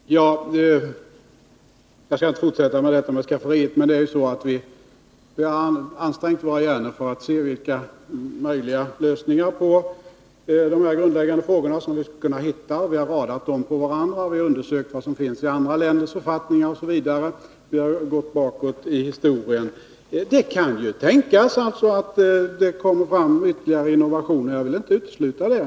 Fru talman! Jag skall inte fortsätta med detta om skafferiet. Men vi har ansträngt våra hjärnor för att se vilka möjliga lösningar på dessa grundläggande frågor vi skulle kunna hitta. Vi har radat dem på varandra, vi har undersökt vad som finns i andra länders författningar, vi har gått bakåt i historien. Det kan ju tänkas att det kommer ytterligare innovationer — jag vill inte utesluta det.